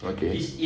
okay